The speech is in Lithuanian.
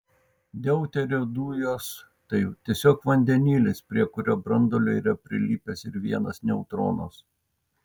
deuterio dujos tai tiesiog vandenilis prie kurio branduolio yra prilipęs ir vienas neutronas